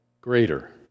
greater